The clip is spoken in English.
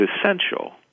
essential